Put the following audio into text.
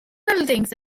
buildings